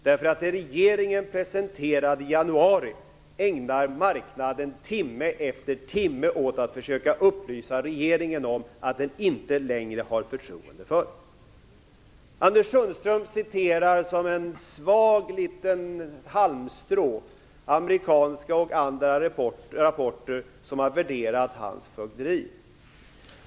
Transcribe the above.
Det som regeringen presenterade i januari ägnar ju marknaden timme efter timme åt att försöka upplysa regeringen om att den inte längre har förtroende för. Anders Sundström citerar, som ett svagt litet halmstrå, amerikanska och andra rapporter där man har värderat hans fögderi.